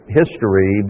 history